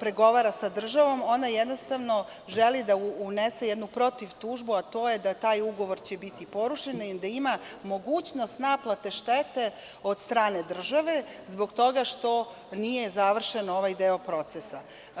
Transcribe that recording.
pregovara sa državom, ona jednostavno želi da unese jednu protiv tužbu, a to je da taj ugovor će biti porušen ili da ima mogućnost naplate štete od strane države zbog toga što nije završen ovaj deo procesa.